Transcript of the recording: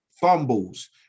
fumbles